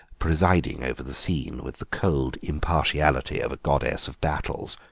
presiding over the scene with the cold impartiality of a goddess of battles.